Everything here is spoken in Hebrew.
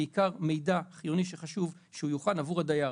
בעיקר מידע חיוני שחשוב שהוא יוכן עבור הדייר.